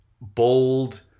bold